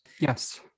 Yes